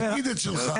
תגיד את שלך.